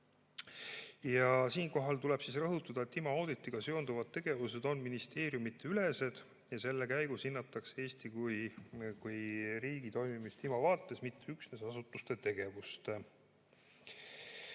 Siinkohal tuleb rõhutada, et IMO auditiga seonduv tegevus on ministeeriumideülene ja selle käigus hinnatakse Eesti kui riigi toimimist IMO vaates, mitte üksnes asutuste tegevust.